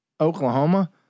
Oklahoma